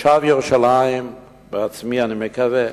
כתושב ירושלים בעצמי אני מקווה